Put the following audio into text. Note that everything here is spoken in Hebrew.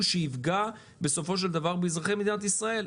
שיפגע בסופו של דבר באזרחי מדינת ישראל.